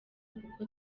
kuko